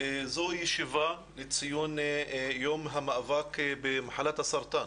זו ישיבה לציון יום המאבק במחלת הסרטן